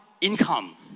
income